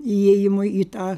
įėjimui į tą